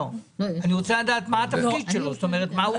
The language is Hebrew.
אני רוצה לדעת מה התפקיד שלו, מה הוא עושה.